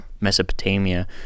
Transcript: Mesopotamia